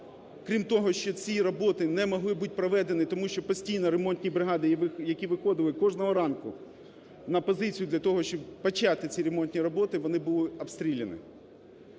крім того ці роботи не могли бути проведені, тому що постійно ремонтні бригади, які виходили кожного ранку на позиції для того, щоб почати ці ремонтні роботи, вони були обстріляні.